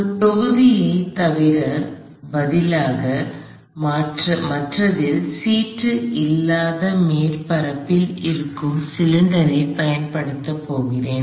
ஒரு தொகுதி ஐ தவிர பதிலாக மற்றதில் சீட்டு இல்லாத மேற்பரப்பில் இருக்கும் சிலிண்டரைப் பயன்படுத்தப் போகிறேன்